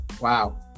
Wow